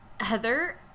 Heather